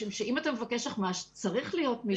משום שאם אתה מבקש אחמ"ש צריך להיות מישהו בישראל.